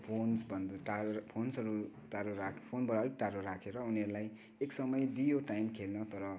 फोन्सभन्दा टाडो फोन्सहरू टाडो राखेर फोनबाट अलिक टाडो राखेर उनीहरूलाई एक समय दियो टाइम खेल्न तर